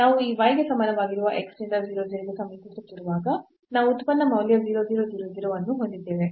ನಾವು ಈ y ಗೆ ಸಮನಾಗಿರುವ x ನಿಂದ 0 0 ಗೆ ಸಮೀಪಿಸುತ್ತಿರುವಾಗ ನಾವು ಉತ್ಪನ್ನ ಮೌಲ್ಯ 0 0 0 0 ಅನ್ನು ಹೊಂದಿದ್ದೇವೆ